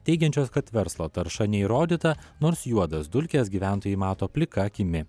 teigiančios kad verslo tarša neįrodyta nors juodas dulkes gyventojai mato plika akimi